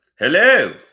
Hello